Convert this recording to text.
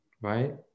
right